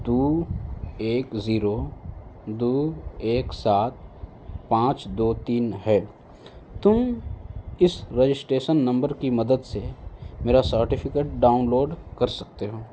دو ایک زیرو دو ایک سات پانچ دو تین ہے تم اس رجسٹریشن نمبر کی مدد سے میرا سرٹیفکیٹ ڈاؤنلوڈ کر سکتے ہو